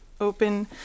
open